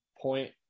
point